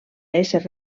ésser